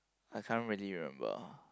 I can't really remember